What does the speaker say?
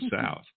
south